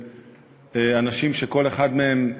אנשים שכל אחד מהם,